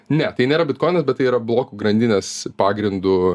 ne tai nėra bitkoinas bet tai yra blokų grandinės pagrindu